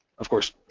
of course,